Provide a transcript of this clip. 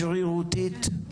שרירותית,